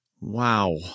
Wow